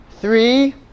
Three